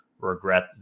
regret